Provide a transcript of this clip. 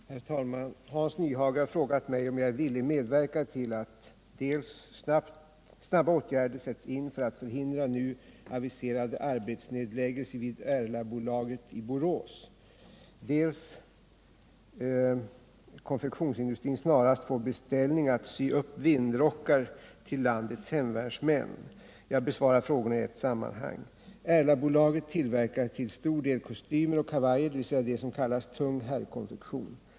|| arbetsnedläggelser Herr talman! Hans Nyhage har frågat mig om jag är villig medverka till inom konfektionsatt industrin dels snabba åtgärder sätts in för att förhindra nu aviserade arbetsnedläggelser vid Erlabolaget i Borås, dels konfektionsindustrin snarast får beställning att sy upp vindrockar till landets hemvärnsmän. Jag besvarar frågorna i ett sammanhang. Erlabolaget tillverkar till stor del kostymer och kavajer, dvs. det som kallas tung herrkonfektion.